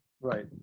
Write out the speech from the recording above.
Right